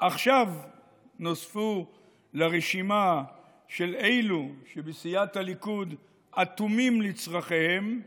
עכשיו נוספו לרשימה של אלו שבסיעת הליכוד אטומים לצרכיהם,